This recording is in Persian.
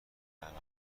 پرونده